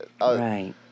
Right